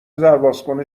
دربازکن